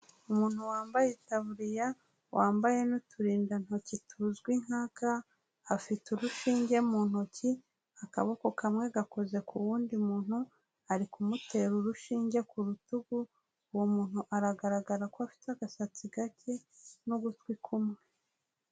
Umuntu wambaye itaburiya, wambaye n'uturindantoki tuzwi nka ga, afite urushinge mu ntoki, akaboko kamwe gakoze ku wundi muntu, ari kumutera urushinge ku rutugu, uwo muntu aragaragara ko afite agasatsi gake n'ugutwi kumwe.